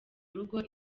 rugo